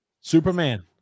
Superman